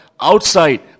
outside